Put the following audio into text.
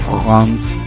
France